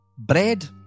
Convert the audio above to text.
Bread